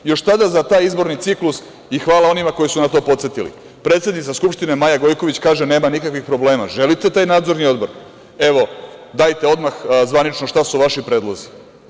Još tada za taj izborni ciklus, i hvala onima koji su na to podsetili, predsednica Skupštine Maja Gojković kaže – nema nikakvih problema, želite taj Nadzorni odbor, evo, dajte odmah zvanično šta su vaši predlozi.